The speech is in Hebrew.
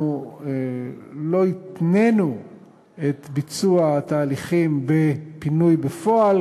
אנחנו לא התנינו את ביצוע התהליכים בפינוי בפועל,